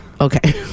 Okay